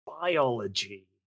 Biology